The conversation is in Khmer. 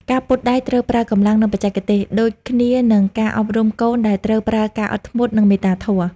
ការពត់ដែកត្រូវប្រើកម្លាំង និងបច្ចេកទេស ដូចគ្នានឹងការអប់រំកូនដែលត្រូវប្រើការអត់ធ្មត់ និងមេត្តាធម៌។